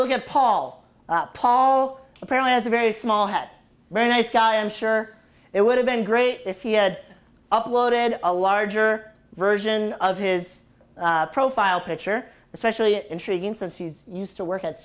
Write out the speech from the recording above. look at paul paul apparently has a very small head very nice guy i'm sure it would have been great if he had uploaded a larger version of his profile picture especially intriguing since he's used to work at